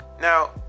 now